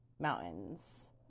mountains